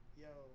yo